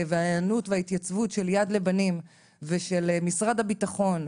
וההיענות וההתייצבות של יד לבנים ושל משרד הביטחון,